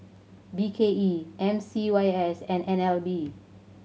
B K E M C Y S and N L B